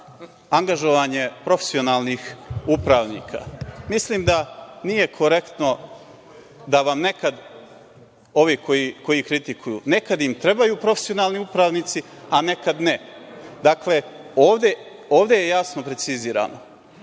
angažovanje profesionalnih upravnika, mislim da nije korektno da nekada, ovi koji kritikuju, vam trebaju profesionalni upravnici, a nekada ne. Dakle, ovde je jasno precizirano.